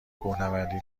کوهنوردی